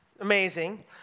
amazing